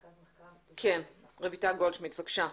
כן, רויטל גולדשמיט, בבקשה.